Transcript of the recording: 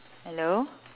hello